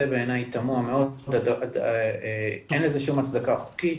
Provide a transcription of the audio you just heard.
זה בעיני תמוה מאוד ואין לזה שום הצדקה חוקית.